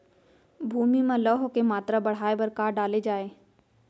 भूमि मा लौह के मात्रा बढ़ाये बर का डाले जाये?